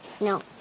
No